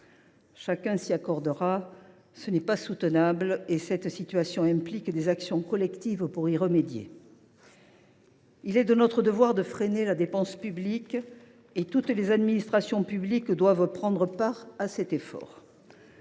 Chacun en conviendra, ce n’est pas soutenable. La situation implique des actions collectives pour y remédier. Il est de notre devoir de freiner la dépense publique ; toutes les administrations publiques doivent prendre part à cet effort.